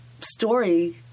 story